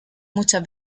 muchas